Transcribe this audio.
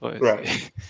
Right